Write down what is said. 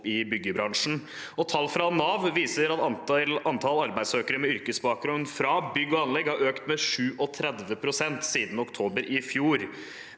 i byggebransjen. Tall fra Nav viser at antallet arbeidssøkere med yrkesbakgrunn fra bygg og anlegg har økt med 37 pst. siden oktober i fjor.